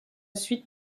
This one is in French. suite